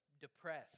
depressed